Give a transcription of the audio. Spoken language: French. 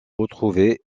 retrouver